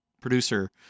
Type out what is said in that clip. producer